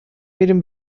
میریم